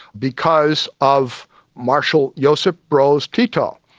because of marshall josip broz tito.